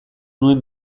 nuen